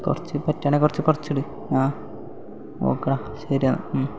കുറച്ച് പറ്റുകയാണെങ്കിൽ കുറച്ച് കുറച്ചിട് ആ ഓക്കെ എടാ ശരി എന്നാൽ